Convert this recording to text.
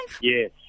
Yes